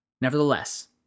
Nevertheless